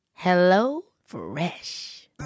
HelloFresh